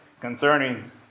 concerning